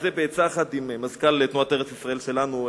וזה בעצה אחת עם מזכ"ל תנועת "ארץ-ישראל שלנו",